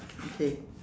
okay